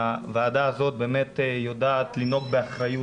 שהוועדה הזאת באמת יודעת לנהוג באחריות,